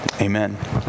Amen